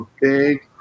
big